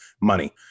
money